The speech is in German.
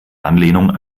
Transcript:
anlehnung